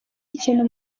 ikintu